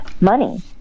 money